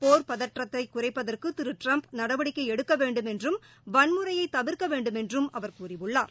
போர் பதற்றத்தை குறைப்பதற்கு திரு ட்டிரம்ப் நடவடிக்கை எடுக்க வேண்டும் என்றும் வன்முறையை தவிர்க்க வேண்டுமென்றும் அவர் கூறியுள்ளார்